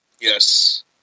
Yes